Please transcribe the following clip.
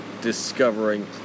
discovering